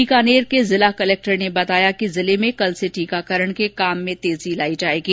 बीकानेर के जिला कलक्टर ने बताया कि जिले में कल से टीकाकरण के काम में तेजी लाई जायेगी